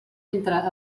entre